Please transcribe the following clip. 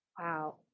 wow